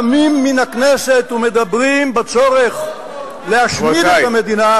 שקמים מן הכנסת ומדברים בצורך להשמיד את המדינה,